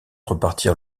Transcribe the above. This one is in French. repartir